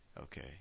Okay